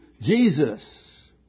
Jesus